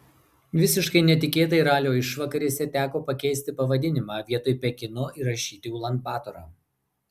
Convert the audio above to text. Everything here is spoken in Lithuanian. visiškai netikėtai ralio išvakarėse teko pakeisti pavadinimą vietoj pekino įrašyti ulan batorą